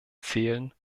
zählen